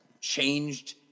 changed